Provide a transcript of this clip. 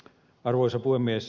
arvoisa puhemies